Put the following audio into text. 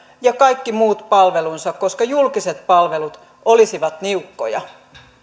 ja kaikki muut palvelunsa koska julkiset palvelut olisivat niukkoja